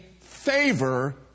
favor